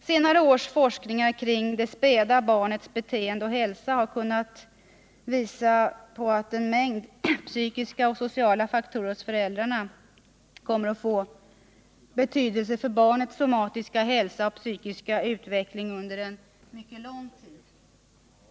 Senare års forskningar kring det späda barnets beteende och hälsa har kunnat påvisa att en mängd psykiska och sociala faktorer hos föräldrarna kommer att få betydelse för barnets somatiska hälsa och psykiska utveckling under mycket lång tid.